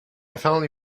finally